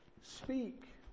speak